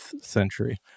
century